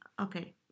Okay